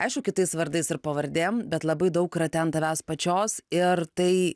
aišku kitais vardais ir pavardėm bet labai daug yra ten tavęs pačios ir tai